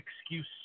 excuse